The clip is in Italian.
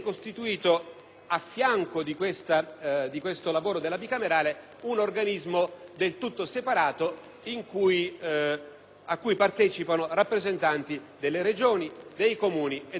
al fianco della bicamerale, un organismo del tutto separato cui partecipano rappresentanti delle Regioni, dei Comuni e delle Province.